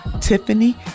Tiffany